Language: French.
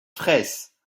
fraysse